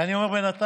ואני אומר בינתיים,